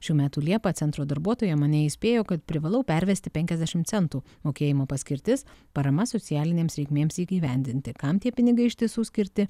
šių metų liepą centro darbuotoja mane įspėjo kad privalau pervesti penkiasdešimt centų mokėjimo paskirtis parama socialinėms reikmėms įgyvendinti kam tie pinigai iš tiesų skirti